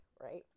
right